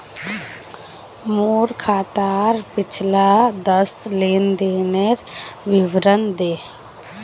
मोर खातार पिछला दस लेनदेनेर विवरण दे